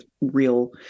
real